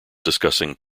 discussing